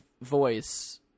voice